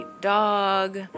dog